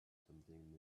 something